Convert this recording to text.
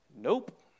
Nope